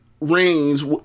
rings